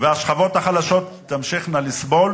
והשכבות החלשות תמשכנה לסבול,